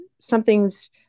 something's